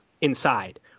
inside